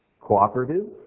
cooperative